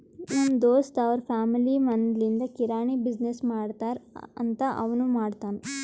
ನಮ್ ದೋಸ್ತ್ ಅವ್ರ ಫ್ಯಾಮಿಲಿ ಮದ್ಲಿಂದ್ ಕಿರಾಣಿ ಬಿಸಿನ್ನೆಸ್ ಮಾಡ್ತಾರ್ ಅಂತ್ ಅವನೂ ಮಾಡ್ತಾನ್